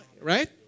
Right